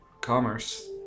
commerce